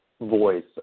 voice